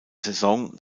saison